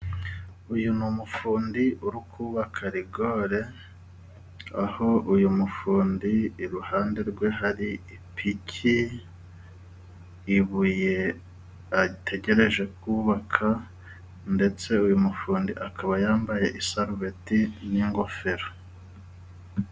Uyu n'umufundi uri kubaka rigoreli, aho uyu mufundi iruhande rwe hari ipiki, ibuye ategereje kubaka ndetse uyu mufundi akaba yambaye isarubeti n'ingofero.